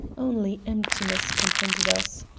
only emptiness confronted us.